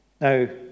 Now